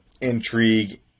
intrigue